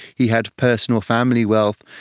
he had personal family wealth,